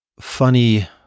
funny